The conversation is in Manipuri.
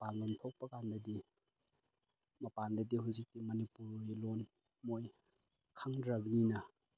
ꯃꯄꯥꯜꯂꯣꯝ ꯊꯣꯛꯄꯀꯥꯟꯗꯗꯤ ꯃꯄꯥꯟꯗꯗꯤ ꯍꯧꯖꯤꯛꯀꯤ ꯃꯅꯤꯄꯨꯔꯤ ꯂꯣꯟ ꯃꯣꯏ ꯈꯪꯗ꯭ꯔꯕꯅꯤꯅ